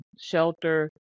shelter